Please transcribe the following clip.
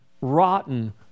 rotten